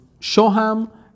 Shoham